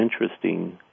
interesting